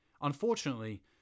Unfortunately